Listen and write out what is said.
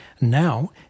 Now